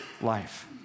life